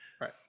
right